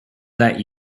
that